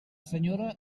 senyora